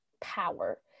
power